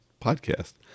podcast